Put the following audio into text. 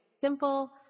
simple